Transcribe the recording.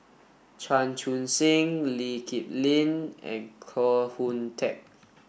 Chan Chun Sing Lee Kip Lin and Koh Hoon Teck